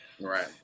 right